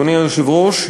אדוני היושב-ראש,